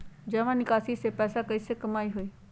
जमा निकासी से पैसा कईसे कमाई होई?